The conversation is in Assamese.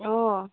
অঁ